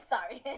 Sorry